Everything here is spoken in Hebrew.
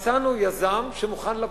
מצאנו יזם שמוכן לבוא.